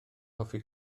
hoffi